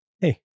hey